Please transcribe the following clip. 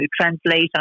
translate